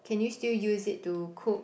can you still use it to cook